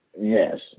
Yes